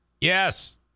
Yes